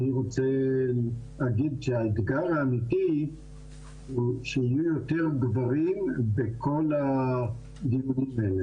אני רוצה להגיד שהאתגר האמיתי הוא שיהיו יותר גברים בכל הארגונים האלה,